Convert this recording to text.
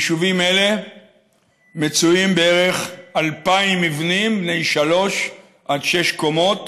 ביישובים אלה מצויים בערך 2,000 מבנים בני שלוש עד שש קומות,